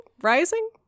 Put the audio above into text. rising